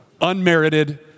Unmerited